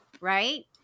right